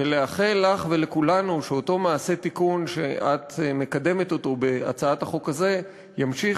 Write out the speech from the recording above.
ולאחל לך ולכולנו שאותו מעשה תיקון שאת מקדמת בהצעת החוק הזאת ימשיך